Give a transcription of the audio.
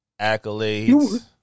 accolades